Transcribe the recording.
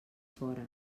fora